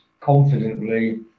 confidently